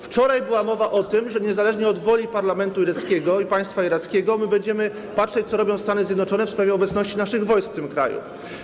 Wczoraj była mowa o tym, że niezależnie od woli parlamentu irackiego i państwa irackiego my będziemy patrzeć, co robią Stany Zjednoczone w sprawie obecności naszych wojsk w tym kraju.